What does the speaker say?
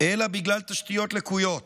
אלא בגלל תשתיות לקויות.